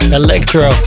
electro